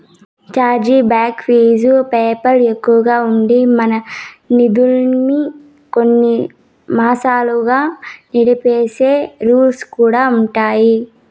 charge back fee PayPal ఎక్కువగా ఉండి, మన నిదుల్మి కొన్ని మాసాలుగా నిలిపేసే రూల్స్ కూడా ఉండిన్నాయి